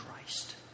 Christ